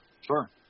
Sure